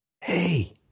Hey